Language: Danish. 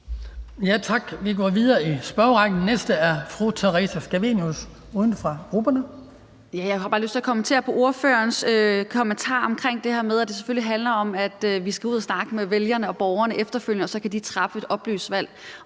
Tak. Vi går videre i spørgerrækken. Den næste er fru Theresa Scavenius, uden for grupperne. Kl. 15:18 Theresa Scavenius (UFG): Jeg har lyst til at kommentere på ordførerens kommentar omkring det her med, at det selvfølgelig handler om, at vi skal ud at snakke med vælgerne og borgerne efterfølgende, og at de så kan træffe et oplyst valg.